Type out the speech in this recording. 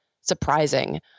surprising